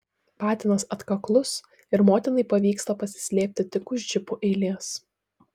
patinas atkaklus ir motinai pavyksta pasislėpti tik už džipų eilės